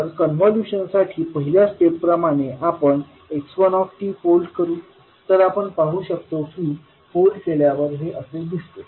तर कॉन्व्होल्यूशनसाठी पहिल्या स्टेप प्रमाणे आपण प्रथम x1t फोल्ड करू तर आपण पाहू शकतो की फोल्ड केल्यावर हे असे दिसते